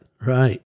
right